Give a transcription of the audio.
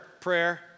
prayer